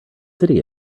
city